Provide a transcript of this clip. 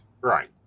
Right